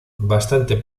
bastante